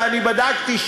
ואני בדקתי,